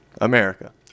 America